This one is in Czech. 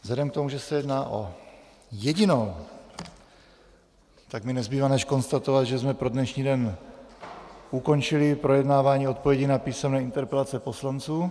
Vzhledem k tomu, že se jedná o jedinou, tak mi nezbývá než konstatovat, že jsme pro dnešní den ukončili projednávání odpovědí na písemné interpelace poslanců.